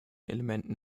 elementen